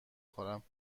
خورم